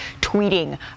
tweeting